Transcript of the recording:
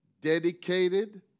dedicated